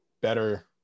better –